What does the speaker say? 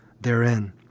therein